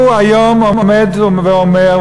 הוא היום עומד ואומר,